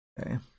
Okay